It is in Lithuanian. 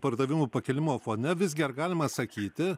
pardavimų pakilimo fone visgi ar galima sakyti